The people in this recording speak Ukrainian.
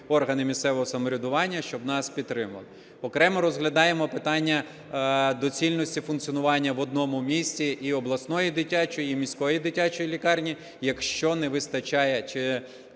органи місцевого самоврядування, щоб нас підтримали. Окремо розглядаємо питання доцільності функціонування в одному місті і обласної дитячої, і міської дитячої лікарні, якщо не вистачає